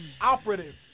operative